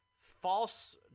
false